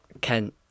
Ken